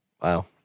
Wow